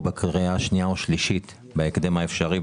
בקריאה השנייה והשלישית בהקדם האפשרי,